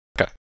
Okay